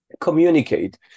communicate